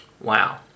Wow